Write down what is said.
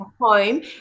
home